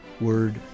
Word